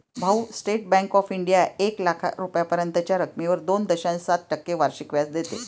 भाऊ, state bank of India एक लाख रुपयांपर्यंतच्या रकमेवर दोन दशांश सात टक्के वार्षिक व्याज देते